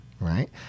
Right